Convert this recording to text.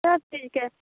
सब चीजके